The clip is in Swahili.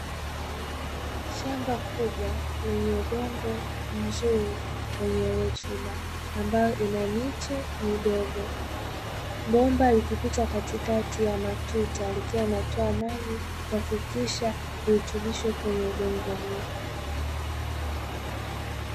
Shamba kubwa lenye udongo mzuri wenye rutuba ambayo ina miche midogo, bomba likipita katikati ya matuta likiwa linatoa maji kuhakikisha virutubisho kwenye udongo huu.